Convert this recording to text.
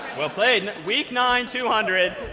well played, week nine, two hundred.